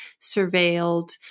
surveilled